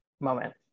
moment